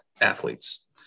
athletes